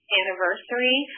anniversary